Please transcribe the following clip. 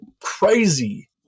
crazy